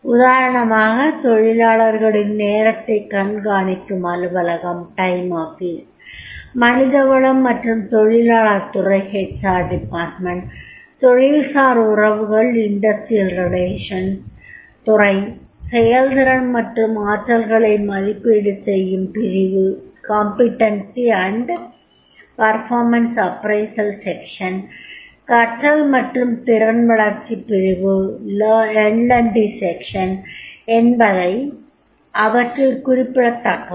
உதாரணமாக தொழிலாளர்களின் நேரத்தைக் கண்காணிக்கும் அலுவலகம் மனித வளம் மற்றும் தொழிலாளர் துறை தொழில்சார் உறவுகள் துறை செயல்திறன் மற்றும் ஆற்றல்களை மதிப்பீடு செய்யும் பிரிவு கற்றல் மற்றும் திறன் வளர்ச்சிப் பிரிவு LD section என்பவை அவற்றில் குறிப்பிடத்தக்கவை